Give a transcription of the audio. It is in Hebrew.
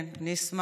כן, אני אשמח.